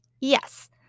Yes